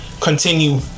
continue